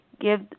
Give